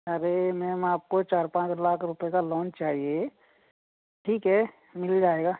अरे मैम आपको चार पाँच लाख रुपये का लोन चाहिए ठीक है मिल जाएगा